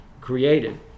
created